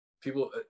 people